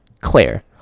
claire